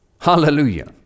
Hallelujah